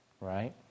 right